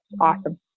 awesome